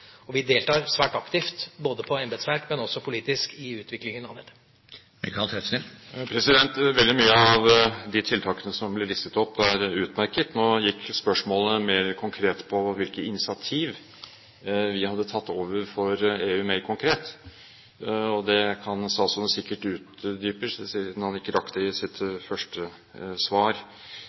Vi deltar svært aktivt både i embetsverket og politisk i utviklingen av dette. Veldig mange av de tiltakene som ble listet opp, er utmerkede. Nå gikk spørsmålet mer konkret på hvilke initiativ vi har tatt overfor EU. Det kan statsråden sikkert utdype siden han ikke rakk det i sitt første svar.